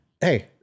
Hey